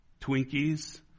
Twinkies